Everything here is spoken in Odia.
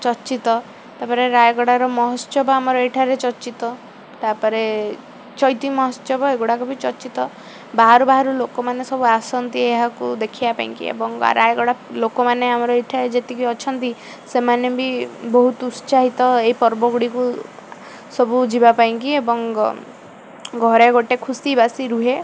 ଚର୍ଚ୍ଚିତ ତା'ପରେ ରାୟଗଡ଼ାର ମହୋତ୍ସବ ଆମର ଏଠାରେ ଚର୍ଚ୍ଚିତ ତା'ପରେ ଚୈତି ମହୋତ୍ସବ ଏଗୁଡ଼ାକ ବି ଚର୍ଚ୍ଚିତ ବାହାରୁ ବାହାରୁ ଲୋକମାନେ ସବୁ ଆସନ୍ତି ଏହାକୁ ଦେଖିବା ପାଇଁକି ଏବଂ ରାୟଗଡ଼ା ଲୋକମାନେ ଆମର ଏଠାରେ ଯେତିକି ଅଛନ୍ତି ସେମାନେ ବି ବହୁତ ଉତ୍ସାହିତ ଏଇ ପର୍ବ ଗୁଡ଼ିକୁ ସବୁ ଯିବା ପାଇଁକି ଏବଂ ଘରେ ଗୋଟେ ଖୁସି ବାସି ରୁହେ